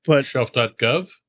Shelf.gov